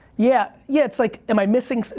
yeah, yeah it's like, am i missing.